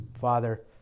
father